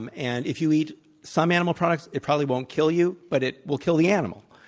um and if you eat some animal products, it probably won't kill you, but it will kill the animal.